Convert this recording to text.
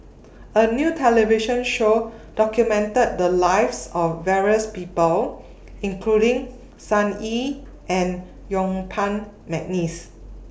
A New television Show documented The Lives of various People including Sun Yee and Yuen Peng Mcneice